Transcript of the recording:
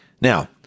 Now